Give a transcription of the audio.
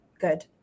good